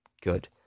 good